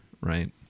right